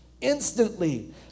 Instantly